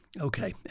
Okay